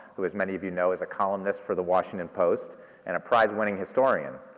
who as many of you know is a columnist for the washington post and a prize-winning historian.